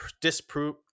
disprove